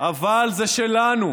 אבל זה שלנו.